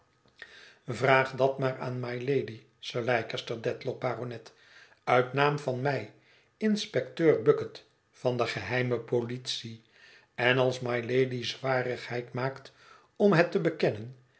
vraag dat maar aan mylady sir leicester dedlock baronet uit naam van mij inspecteur bucket van de geheime politie en als mylady zwarigheid maakt om het te bekennen